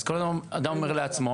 אז אדם אומר לעצמו,